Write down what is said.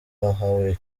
ahawe